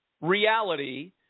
reality